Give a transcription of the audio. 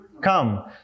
come